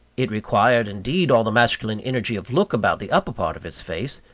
it required, indeed, all the masculine energy of look about the upper part of his face,